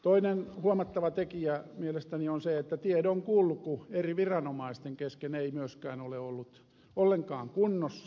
toinen huomattava tekijä mielestäni on se että tiedon kulku eri viranomaisten kesken ei myöskään ole ollut ollenkaan kunnossa